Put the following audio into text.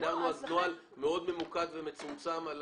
הגדרנו אז נוהל מאוד ממוקד ומצומצם על